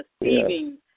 deceiving